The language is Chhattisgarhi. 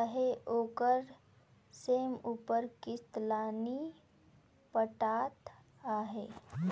अहे ओहर समे उपर किस्त ल नी पटात अहे